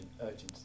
urgency